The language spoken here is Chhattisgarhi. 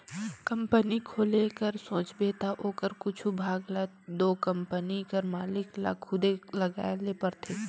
कंपनी खोले कर सोचबे ता ओकर कुछु भाग ल दो कंपनी कर मालिक ल खुदे लगाए ले परथे